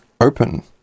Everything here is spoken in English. open